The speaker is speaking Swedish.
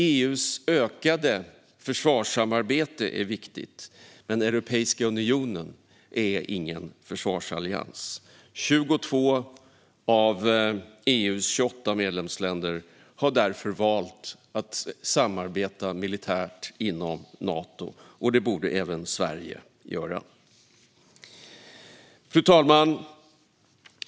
EU:s utökade försvarssamarbete är viktigt, men Europeiska unionen är ingen försvarsallians. Av EU:s 28 medlemsländer har därför 22 valt att samarbeta militärt inom Nato. Det borde även Sverige göra. Fru talman!